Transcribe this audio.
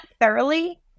thoroughly